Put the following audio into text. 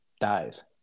dies